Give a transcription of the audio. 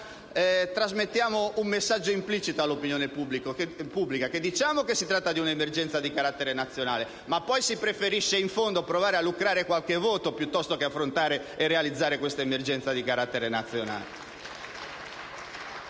trasmettiamo un messaggio implicito all'opinione pubblica: si dice che si tratta di un'emergenza di carattere nazionale, ma poi si preferisce - in fondo - provare a lucrare qualche voto piuttosto che affrontare tale emergenza di carattere nazionale.